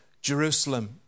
Jerusalem